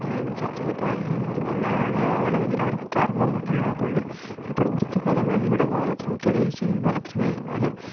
തത്വങ്ങൾ പാലിക്കുന്ന ഒരു നല്ലയാളാകണമെങ്കിൽ അവർ കർമ്മമണ്ഡലങ്ങൾ കൊണ്ട് പ്രവര്ത്തിപഥങ്ങളിലൂടെ മാത്രം തെളിയിച്ചെങ്കിൽ മാത്രമേ അത്